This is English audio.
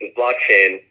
blockchain